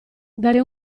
dare